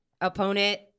Opponent